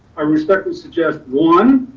i respectfully suggest, one,